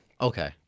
Okay